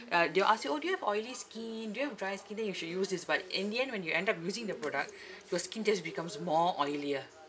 uh they will ask you orh do you have oily skin do you have dry skin then you should use this but in the end when you end up using the product your skin just becomes more oilier